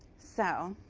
so